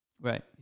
right